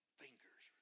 fingers